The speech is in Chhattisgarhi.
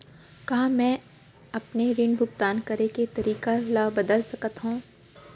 का मैं अपने ऋण भुगतान करे के तारीक ल बदल सकत हो?